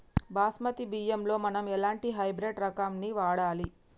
బాస్మతి బియ్యంలో మనం ఎలాంటి హైబ్రిడ్ రకం ని వాడాలి?